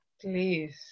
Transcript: Please